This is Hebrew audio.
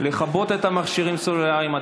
לכבות את המכשירים הסלולריים,